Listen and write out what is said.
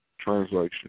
Translation